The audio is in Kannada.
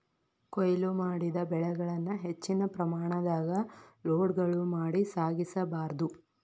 ಕೋಯ್ಲು ಮಾಡಿದ ಬೆಳೆಗಳನ್ನ ಹೆಚ್ಚಿನ ಪ್ರಮಾಣದಾಗ ಲೋಡ್ಗಳು ಮಾಡಿ ಸಾಗಿಸ ಬಾರ್ದು